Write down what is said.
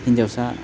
हिन्जावसा